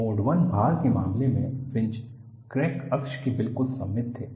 mode 1 भार के मामले में फ्रिंज क्रैक अक्ष के बिल्कुल सममित थे